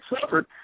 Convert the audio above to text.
suffered